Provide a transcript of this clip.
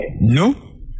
No